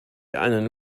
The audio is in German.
einen